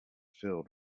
filled